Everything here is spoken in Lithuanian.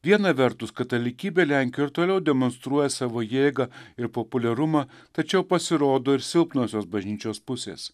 viena vertus katalikybė lenkijoj ir toliau demonstruoja savo jėgą ir populiarumą tačiau pasirodo ir silpnosios bažnyčios pusės